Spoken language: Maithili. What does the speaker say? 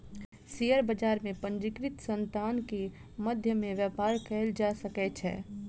शेयर बजार में पंजीकृत संतान के मध्य में व्यापार कयल जा सकै छै